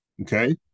Okay